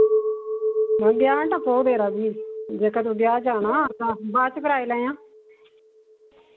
महा ब्याह् नी टप्पग तेरा फ्ही जेह्का तू ब्याह् जाना तां बाच कराई लैयां